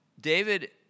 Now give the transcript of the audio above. David